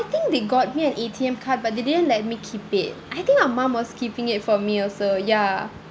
I think they got me an A_T_M card but they didn't let me keep it I think my mum was keeping it for me also ya